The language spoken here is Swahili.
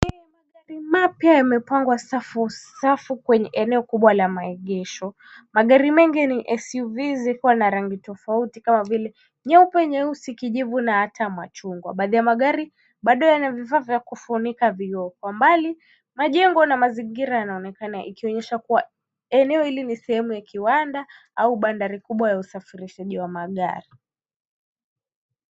Magari mapya yamepangwa safu kwenye eneo kubwa la maegesho. Magari mengi ni SUV yakiwa na rangi tofauti kama vile yako meusi, kijivu na hata machungwa. Baadhi ya a magari bado yana vifaa vya kufunika vioo kwa mbali majengo na mazingira yanaonekana ikionyesha kuwa eneo hili ni sehemu ya kiwanda au bandari kubwa la usafirishaji wa magari.